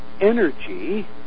energy